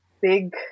big